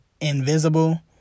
invisible